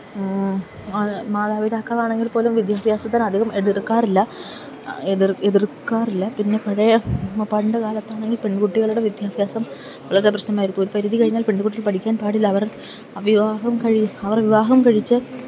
മാതാപിതാക്കളാണെങ്കിൽ പോലും വിദ്യാഭ്യാസത്തിനധികം എതിർക്കാറില്ല പിന്നെ പഴയ പണ്ടു കാലത്താണെങ്കിൽ പെൺകുട്ടികളുടെ വിദ്യാഭ്യാസം വളരെ പ്രശ്നമായിരുന്നു ഒരു പരിധി കഴിഞ്ഞാൽ പെൺകുട്ടികൾ പഠിക്കാൻ പാടില്ല അവർ വിവാഹം കഴിച്ച്